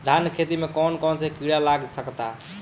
धान के खेती में कौन कौन से किड़ा लग सकता?